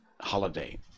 holiday